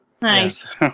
Nice